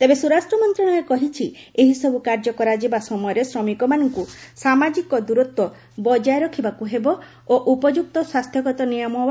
ତେବେ ସ୍ୱରାଷ୍ଟ୍ର ମନ୍ତ୍ରଣାଳୟ କହିଛି ଏହି ସବୁ କାର୍ଯ୍ୟ କରାଯିବା ସମୟରେ ଶ୍ରମିକମାନଙ୍କୁ ସାମାଜିକ ଦୂରତ୍ୱ ବଜାୟ ରଖିବାକୁ ହେବ ଓ ଉପଯୁକ୍ତ ସ୍ୱାସ୍ଥ୍ୟଗତ ନିୟମାବଳୀର ପାଳନ କରିବାକୃ ହେବ